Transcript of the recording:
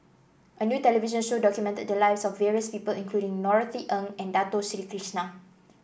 a new television show documented the lives of various people including Norothy Ng and Dato Sri Krishna